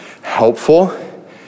helpful